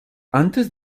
antes